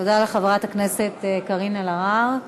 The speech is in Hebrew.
לחברת הכנסת קארין אלהרר.